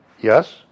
Yes